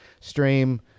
stream